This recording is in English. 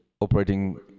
operating